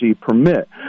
permit